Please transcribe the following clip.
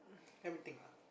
everything lah